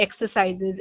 exercises